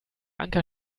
anker